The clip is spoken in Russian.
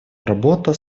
работа